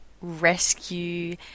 rescue